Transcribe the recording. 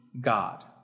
God